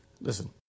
Listen